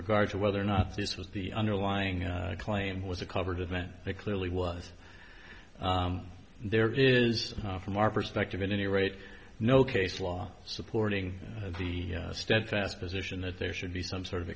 regard to whether or not this was the underlying claim was a covered event it clearly was there is from our perspective at any rate no case law supporting the steadfast position that there should be some sort of